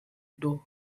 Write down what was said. door